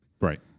Right